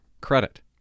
Credit